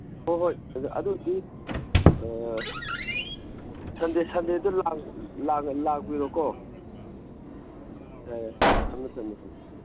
ꯍꯣꯏ ꯍꯣꯏ ꯑꯗꯨ ꯑꯣꯏꯔꯗꯤ ꯁꯟꯗꯦꯗꯨ ꯂꯥꯛꯄꯤꯔꯣꯀꯣ ꯌꯥꯏ ꯌꯥꯏ ꯊꯝꯃꯦ ꯊꯝꯃꯦ ꯊꯝꯃꯦ